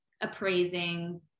appraising